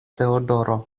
teodoro